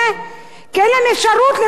כי אין להם אפשרות לרכוש דירה,